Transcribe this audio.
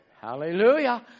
Hallelujah